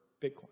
Bitcoin